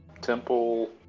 temple